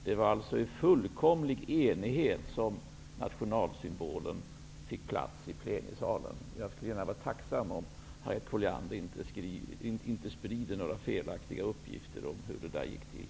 Det var alltså i fullkomlig enighet som nationalsymbolen fick en plats i plenisalen. Jag skulle vara tacksam om Harriet Colliander inte sprider några felaktiga uppgifter om hur det gick till.